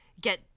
get